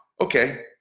Okay